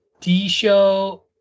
D-show